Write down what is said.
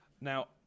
Now